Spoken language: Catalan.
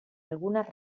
algunes